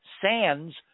sands